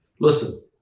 Listen